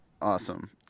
awesome